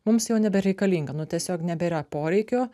mums jau nebereikalinga nu tiesiog nebėra poreikio